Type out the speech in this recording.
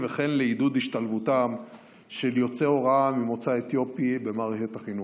וכן לעידוד השתלבותם של עובדי הוראה ממוצא אתיופי במערכת החינוך.